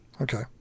Okay